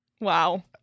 Wow